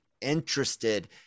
interested